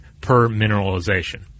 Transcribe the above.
permineralization